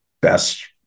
best